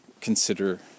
consider